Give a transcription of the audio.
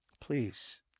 Please